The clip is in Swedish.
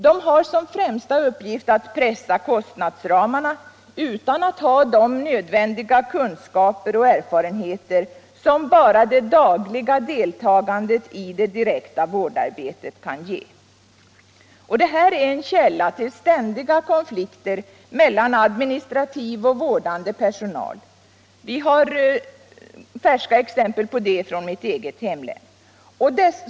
De har som främsta uppgift att pressa kostnadsramarna, utan att ha de nödvändiga kunskaper och erfarenheter som bara det dagliga deltagandet i det direkta vårdarbetet kan ge. Detta är en källa till ständiga konflikter mellan administrativ och vårdande personal; vi har färska exempel på det från mitt eget hemlän.